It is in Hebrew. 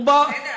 בסדר,